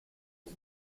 esa